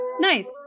nice